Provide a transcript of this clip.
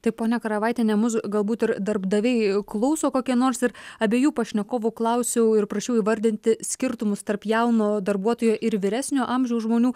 taip ponia karavaitiene mus galbūt ir darbdaviai klauso kokia nors ir abiejų pašnekovų klausiau ir prašiau įvardinti skirtumus tarp jauno darbuotojo ir vyresnio amžiaus žmonių